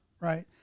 Right